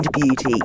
Beauty